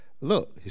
look